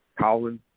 Colin